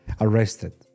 arrested